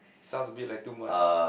sounds bit like too much